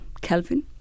Kelvin